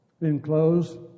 enclosed